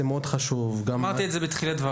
נכון, אמרתי זאת בתחילת דבריי.